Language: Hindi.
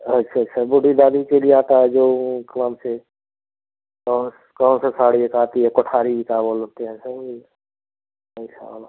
अच्छा बूढ़ी दादी के लिए आप है जो कौन से कौन कौन से साड़ी बताती है काफाड़ी की का बोलते सर अच्छा